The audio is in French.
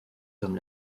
comme